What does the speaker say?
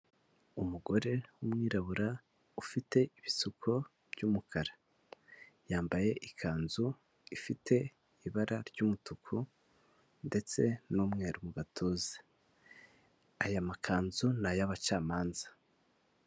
Umugore w'umwirabura ufite ibisuko by'umukara, yambaye ikanzu ifite ibara ry'umutuku ndetse n'umweru mu gatuza. Aya makanzu ni ay'abacamanza.